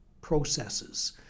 processes